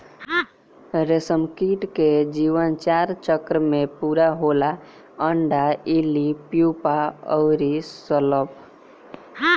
रेशमकीट के जीवन चार चक्र में पूरा होला अंडा, इल्ली, प्यूपा अउरी शलभ